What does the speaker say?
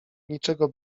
niczego